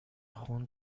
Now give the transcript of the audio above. خون